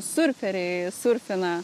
surferiai surfina